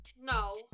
No